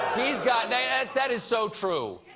he's got and yeah that is so true.